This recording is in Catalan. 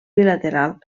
bilateral